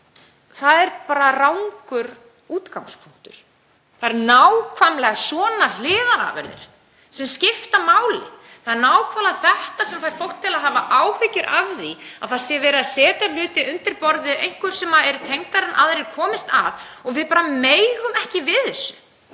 það bara rangur útgangspunktur. Það eru nákvæmlega svona hliðarafurðir sem skipta máli. Það er nákvæmlega þetta sem fær fólk til að hafa áhyggjur af því að verið sé að setja hluti undir borðið og einhverjir sem eru tengdari en aðrir komist að. Við megum ekki við þessu.